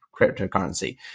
cryptocurrency